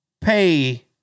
pay